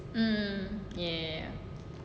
mm ya ya ya